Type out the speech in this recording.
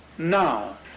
Now